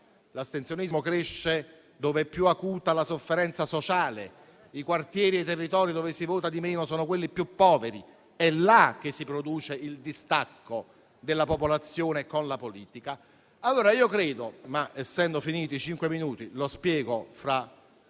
L'astensionismo cresce dove è più acuta la sofferenza sociale; i quartieri e i territori dove si vota di meno sono quelli più poveri, è là che si produce il distacco della popolazione dalla politica.